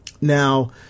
Now